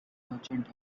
merchant